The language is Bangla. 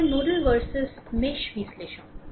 এর পরে আর নোডাল versus মেশ বিশ্লেষণ